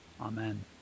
Amen